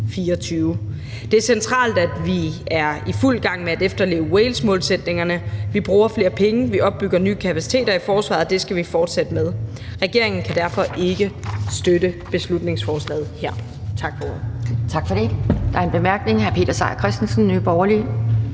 2024. Det er centralt, at vi er i fuld gang med at efterleve Walesmålsætningerne. Vi bruger flere penge, vi opfylder nye kapaciteter i forsvaret, og det skal vi fortsætte med. Regeringen kan derfor ikke støtte beslutningsforslaget her. Tak for ordet. Kl. 12:58 Anden næstformand (Pia Kjærsgaard): Tak for det.